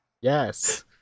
Yes